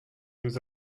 nous